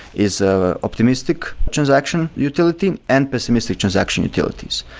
is ah optimistic transaction utility and pessimistic transaction utilities.